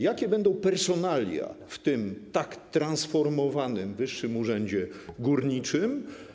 Jakie będą personalia w tym tak transformowanym Wyższym Urzędzie Górniczym?